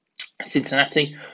Cincinnati